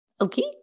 Okay